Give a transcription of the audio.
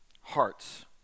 hearts